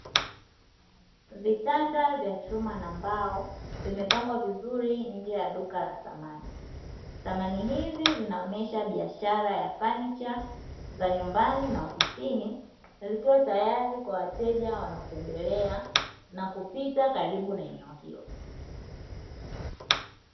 Vitanda vya chuma na mbao vimepambwa vizuri ndani ya duka la samani. Samani hizi zinaonyesha biashara ya fanicha za nyumbani na ofisini zikiwa tayari kwa wateja wanaotembelea na kupita karibu na eneo hilo.